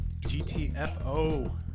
GTFO